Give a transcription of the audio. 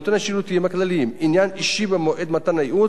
הכללים עניין אישי במועד מתן הייעוץ או השיווק,